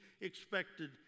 expected